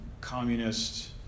communist